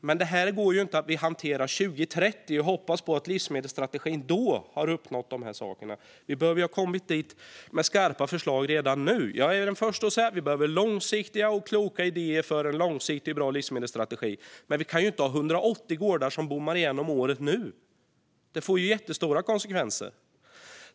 Men det här går inte att vänta med att hantera till 2030 och hoppas på att man med livsmedelsstrategin då har uppnått de här målen. Vi behöver ha kommit dit med skarpa förslag redan nu. Jag är den förste att säga att vi behöver långsiktiga och kloka idéer för en långsiktig och bra livsmedelsstrategi. Men vi kan inte ha det så att 180 gårdar om året bommar igen nu. Det får jättestora konsekvenser.